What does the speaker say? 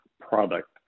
product